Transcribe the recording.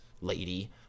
lady